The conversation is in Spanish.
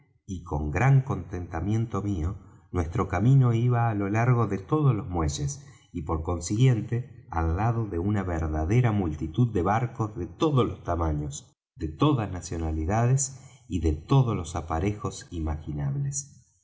y con gran contentamiento mío nuestro camino iba á lo largo de todos los muelles y por consiguiente al lado de una verdadera multitud de barcos de todos tamaños de todas nacionalidades y de todos los aparejos imaginables